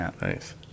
Nice